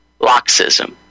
Loxism